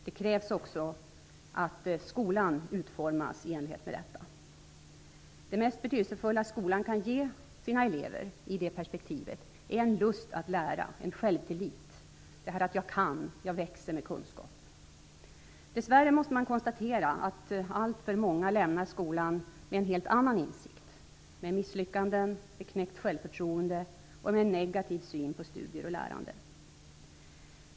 Det kräver också att skolan utformas i enlighet med detta. Det mest betydelsefulla skolan kan ge sina elever, sett i det perspektivet, är en lust att lära och en självtillit. Eleverna skall känna att de kan och att de växer med kunskap. Dess värre måste man konstatera att alltför många lämnar skolan med en helt annan insikt. De känner sig misslyckade. De har knäckt självförtroende, och de har fått en negativ syn på studier och lärande.